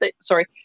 sorry